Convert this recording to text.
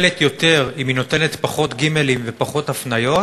יותר אם היא נותנת פחות גימלים ופחות הפניות,